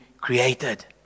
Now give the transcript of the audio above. created